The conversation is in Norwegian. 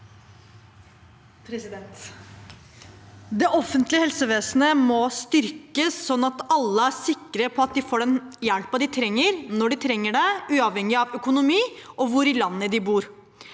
Det offentlige helseve- senet må styrkes, sånn at alle er sikre på at de får den hjelpen de trenger, når de trenger det, uavhengig av økonomi og hvor i landet de bor.